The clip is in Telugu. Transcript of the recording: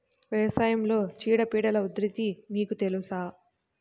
వ్యవసాయంలో చీడపీడల ఉధృతి మీకు తెలుసా?